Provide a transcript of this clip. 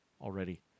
already